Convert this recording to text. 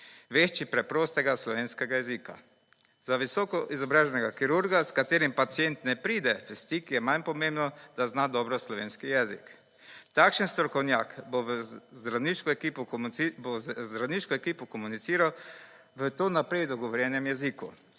vešči preprostega slovenskega jezika. Za visoko izobraženega kirurga s katerim pacient ne pride v stik, je manj pomembno, da zna dobro slovenski jezik. Takšen strokovnjak bo z zdravniško ekipo komuniciral in to v naprej dogovorjenem jeziku.